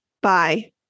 Bye